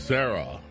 Sarah